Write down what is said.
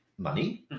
Money